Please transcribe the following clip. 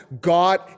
God